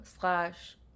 slash